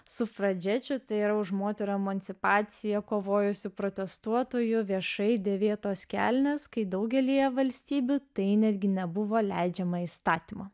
sufražečių yra už moterų emancipaciją kovojusių protestuotojų viešai dėvėtos kelnes kai daugelyje valstybių tai netgi nebuvo leidžiama įstatymo